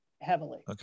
heavily